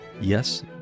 Yes